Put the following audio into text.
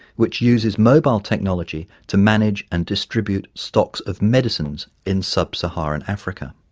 which uses mobile technology to manage and distribute stocks of medicines in sub-saharan africa.